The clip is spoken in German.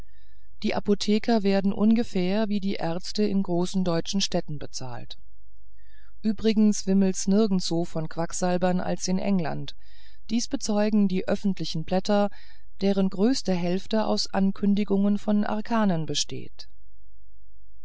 die apotheker werden ungefähr wie die ärzte in großen deutschen städten bezahlt übrigens wimmelt's nirgends so von quacksalber wie in england dies bezeugen die öffentlichen blätter deren größte hälfte aus ankündigungen von arkanen besteht